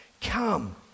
Come